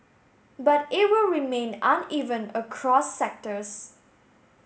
but it will remain uneven across sectors